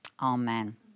Amen